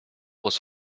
was